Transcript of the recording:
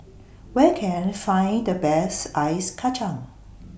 Where Can I Find The Best Ice Kacang